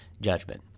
judgment